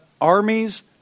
armies